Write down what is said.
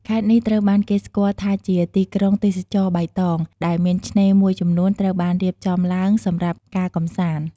ខេត្តនេះត្រូវបានគេស្គាល់ថាជា "ទីក្រុងទេសចរណ៍បៃតង" ដែលមានឆ្នេរមួយចំនួនត្រូវបានរៀបចំឡើងសម្រាប់ការកម្សាន្ត។